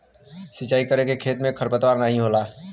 सिंचाई करे से खेत में खरपतवार नाहीं होला